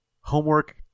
homework